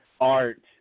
art